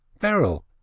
Beryl